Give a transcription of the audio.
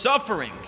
suffering